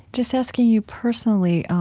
just asking you personally,